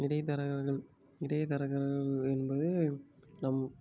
இடைத்தரகர்கள் இடைத்தரகர்கள் என்பது நம்